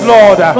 Lord